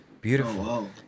Beautiful